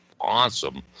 awesome